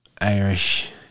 Irish